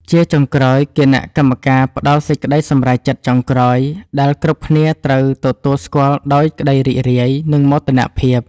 ជាចុងក្រោយ គណៈកម្មការផ្ដល់សេចក្ដីសម្រេចចិត្តចុងក្រោយដែលគ្រប់គ្នាត្រូវទទួលស្គាល់ដោយក្ដីរីករាយ និងមោទនភាព។